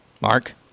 Mark